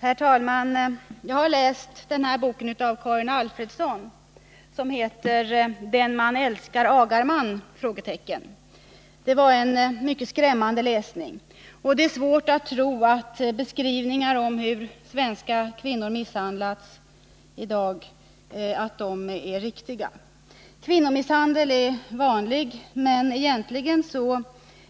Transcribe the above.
Herr talman! Jag har läst Karin Alfredssons bok Den man älskar agar man? Det var en mycket skrämmande läsning. Det är svårt att tro att beskrivningarna av hur svenska kvinnor misshandlas i dag är riktiga. Kvinnomisshandel är vanlig, men egentligen